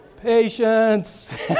Patience